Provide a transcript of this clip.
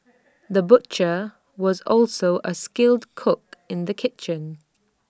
the butcher was also A skilled cook in the kitchen